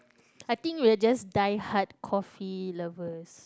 I think we're just die hard coffee lovers